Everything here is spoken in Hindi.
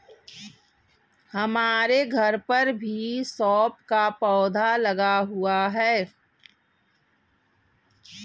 हमारे घर पर भी सौंफ का पौधा लगा हुआ है